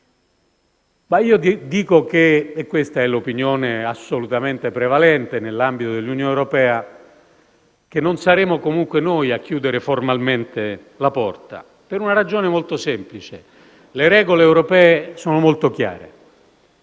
Ma io dico - e questa è l'opinione assolutamente prevalente nell'ambito dell'Unione europea - che non saremo comunque noi a chiudere formalmente la porta, per una ragione molto semplice. Le regole europee sono molto chiare,